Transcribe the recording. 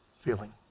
feeling